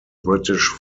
british